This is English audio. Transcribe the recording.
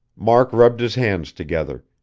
mark rubbed his hands together.